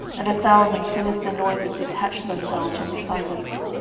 and a thousand sinister noises detached themselves from the silence.